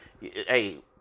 Hey